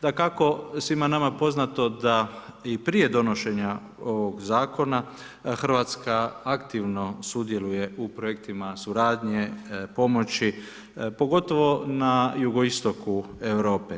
Dakako, svima nama je poznato da i prije donošenja ovog zakona RH aktivno sudjeluje u projektima suradnje pomoći, pogotovo na jugoistoku Europe.